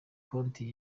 konti